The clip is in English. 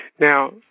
Now